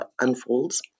unfolds